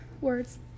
Words